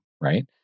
right